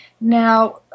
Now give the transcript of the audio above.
Now